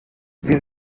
wie